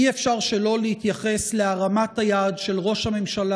אי-אפשר שלא להתייחס להרמת היד של ראש הממשלה